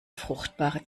fruchtbare